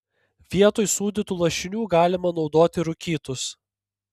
vietoj sūdytų lašinių galima naudoti rūkytus